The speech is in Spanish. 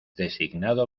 designado